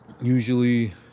usually